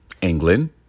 england